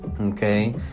Okay